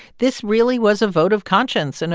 this really was a vote of conscience. and